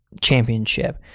championship